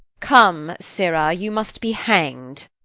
come, sirrah, you must be hang'd.